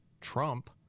Trump